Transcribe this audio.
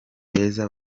beza